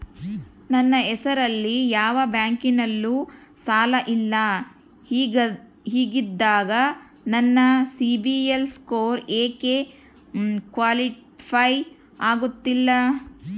ನನ್ನ ಹೆಸರಲ್ಲಿ ಯಾವ ಬ್ಯಾಂಕಿನಲ್ಲೂ ಸಾಲ ಇಲ್ಲ ಹಿಂಗಿದ್ದಾಗ ನನ್ನ ಸಿಬಿಲ್ ಸ್ಕೋರ್ ಯಾಕೆ ಕ್ವಾಲಿಫೈ ಆಗುತ್ತಿಲ್ಲ?